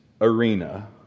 arena